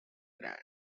grant